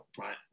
right